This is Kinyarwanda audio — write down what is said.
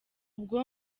ubwo